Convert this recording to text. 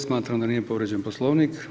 Smatram da nije povrijeđen Poslovnik.